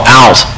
out